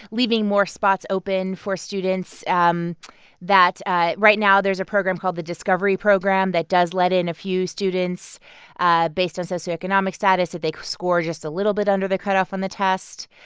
leaving more spots open for students um that ah right now there's a program called the discovery program that does let in a few students ah based on socio-economic status if they score just a little bit under the cutoff on the test.